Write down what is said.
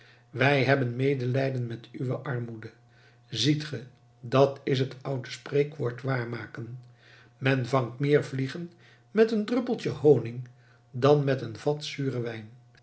wij hebben medelijden met uwe armoede ziet ge dat is het oude spreekwoord waar maken men vangt meer vliegen met een druppeltje honig dan met een vat zuren wijn